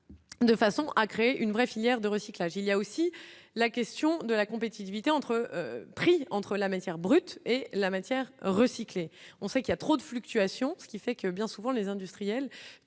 De façon à créer une vraie filière de recyclage, il y a aussi la question de la compétitivité entre pris entre la matière brute et la matière recyclée, on sait qu'il y y a trop de fluctuations, ce qui fait que bien souvent les industriels